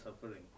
suffering